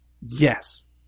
Yes